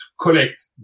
collect